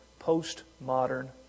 postmodern